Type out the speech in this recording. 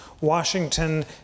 Washington